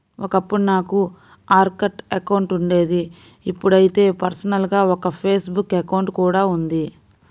ఒకప్పుడు నాకు Orkut account ఉండేది ఇప్పుడైతే పర్సనల్ గా ఒక ఫేస్ బుక్ అకౌంట్ కూడా ఉంది